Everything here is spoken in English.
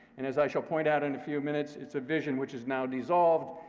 and as i shall point out in a few minutes, it's a vision which has now dissolved,